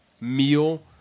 meal